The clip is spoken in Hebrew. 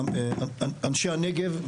אנשי הנגב.